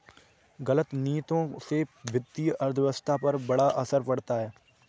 गलत नीतियों से वित्तीय अर्थव्यवस्था पर बड़ा असर पड़ता है